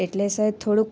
એટલે સર થોડુંક